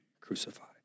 crucified